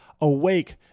Awake